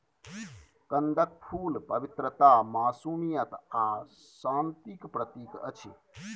कंदक फुल पवित्रता, मासूमियत आ शांतिक प्रतीक अछि